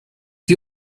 die